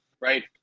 right